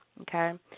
okay